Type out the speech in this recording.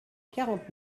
quarante